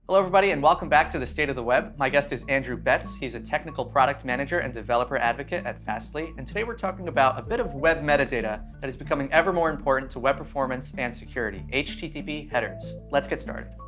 everybody. and welcome back to the state of the web. my guest is andrew betts. he's a technical product manager and developer advocate at fastly. and today we're talking about a bit of web metadata that is becoming ever more important to web performance and security http headers. let's get started.